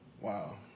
Wow